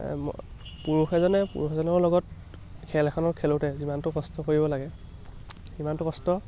পুৰুষ এজনে পুৰুষ এজনৰ লগত খেল এখন খেলোঁতে যিমানটো কষ্ট কৰিব লাগে সিমানটো কষ্ট